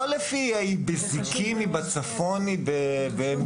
לא אם היא בזיקים, בצפון או במטולה.